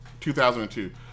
2002